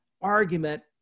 argument